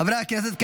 חברי הכנסת,